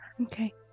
Okay